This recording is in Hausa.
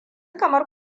kamar